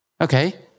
Okay